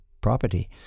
property